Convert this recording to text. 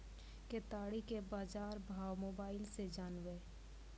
केताड़ी के बाजार भाव मोबाइल से जानवे?